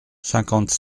cinquante